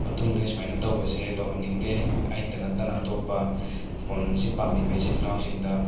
ꯃꯇꯨꯡꯗꯤ ꯁꯨꯃꯥꯏꯅ ꯇꯧꯕꯁꯦ ꯇꯧꯍꯟꯅꯤꯡꯗꯦ ꯑꯩꯇ ꯅꯠꯇꯅ ꯑꯇꯣꯞꯄ ꯐꯣꯟꯁꯤ ꯄꯥꯝꯕꯤꯕ ꯏꯆꯤꯜ ꯏꯅꯥꯎꯁꯤꯡꯗ